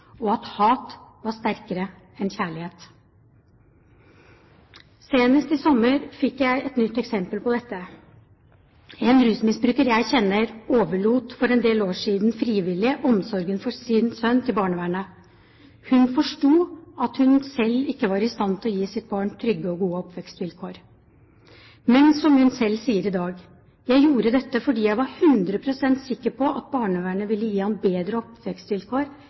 og at hat var sterkere enn kjærlighet? Senest i sommer fikk jeg et nytt eksempel på dette. En rusmisbruker jeg kjenner, overlot for en del år siden frivillig omsorgen for sin sønn til barnevernet. Hun forsto at hun selv ikke var i stand til å gi sitt barn trygge og gode oppvekstvilkår. Men som hun selv sier i dag: Jeg gjorde dette fordi jeg var 100 pst. sikker på at barnevernet ville gi ham bedre oppvekstvilkår